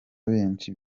benshi